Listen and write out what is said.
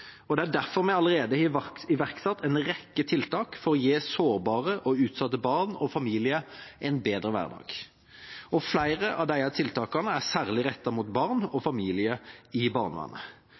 og det er derfor vi allerede har iverksatt en rekke tiltak for å gi sårbare og utsatte barn og familier en bedre hverdag. Flere av disse tiltakene er særlig rettet inn mot barn og familier i barnevernet.